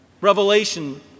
Revelation